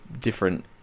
different